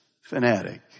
fanatic